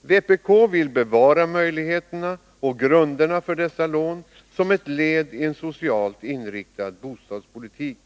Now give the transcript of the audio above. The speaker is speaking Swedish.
Vpk vill bevara möjligheterna och grunderna för dessa lån som ett led i en socialt inriktad bostadspolitik.